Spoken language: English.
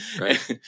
right